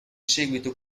seguito